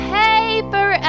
paper